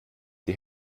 die